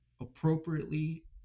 appropriately